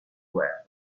guerra